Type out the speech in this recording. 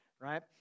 right